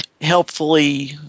helpfully